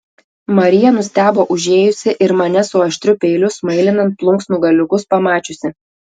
marija nustebo užėjusi ir mane su aštriu peiliu smailinant plunksnų galiukus pamačiusi